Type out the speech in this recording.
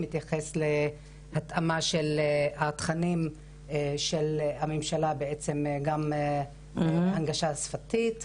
מתייחס להתאמה של התכנים של הממשלה גם להנגשה שפתית.